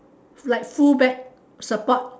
like full back support